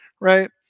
right